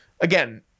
again